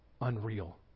unreal